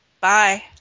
Bye